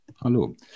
Hallo